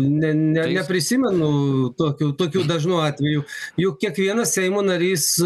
ne ne neprisimenu tokių tokių dažnų atvejų juk kiekvienas seimo narys